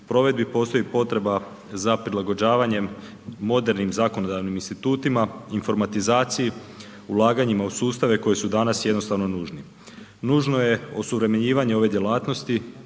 provedbi postoji potreba za prilagođavanjem modernim zakonodavnim institutima, informatizaciji, ulaganjima u sustave koji su danas jednostavno nužni. Nužno je osuvremenjivanje ove djelatnosti